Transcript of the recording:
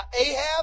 Ahab